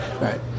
right